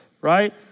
right